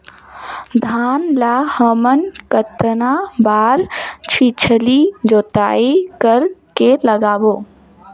धान ला हमन कतना बार छिछली जोताई कर के लगाबो?